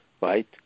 right